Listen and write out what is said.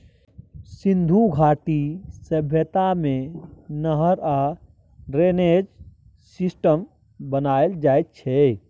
सिन्धु घाटी सभ्यता मे नहर आ ड्रेनेज सिस्टम बनाएल जाइ छै